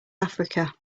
africa